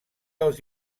als